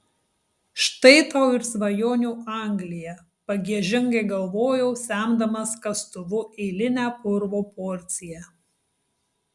štai tau ir svajonių anglija pagiežingai galvojau semdamas kastuvu eilinę purvo porciją